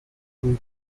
two